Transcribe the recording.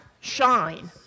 shine